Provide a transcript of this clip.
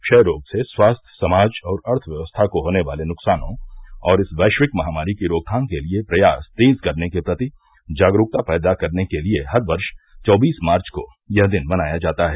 क्षयरोग से स्वास्थ्य समाज और अर्थव्यवस्था को होने वाले नुकसानों और इस वैश्विक महामारी की रोकथाम के लिए प्रयास तेज करने के प्रति जागरूकता पैदा करने के लिए हर वर्ष चौबीस मार्च को यह दिन मनाया जाता है